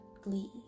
glee